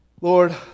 Lord